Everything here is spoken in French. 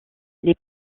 les